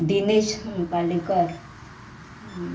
Dinesh Palikar